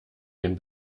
den